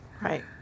right